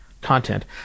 content